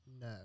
No